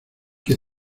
que